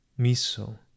Miso